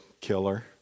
killer